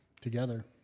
together